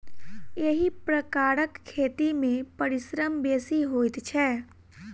एहि प्रकारक खेती मे परिश्रम बेसी होइत छै